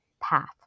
path